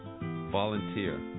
Volunteer